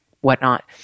whatnot